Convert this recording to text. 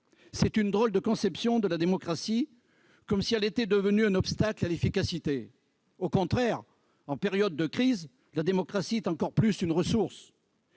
Quelle drôle de conception de la démocratie ! Comme si celle-ci était devenue un obstacle à l'efficacité ! Au contraire, en période de crise, la démocratie est, plus encore, une ressource.